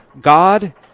god